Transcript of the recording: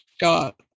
got